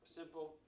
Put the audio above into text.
simple